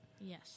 yes